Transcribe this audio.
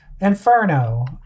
Inferno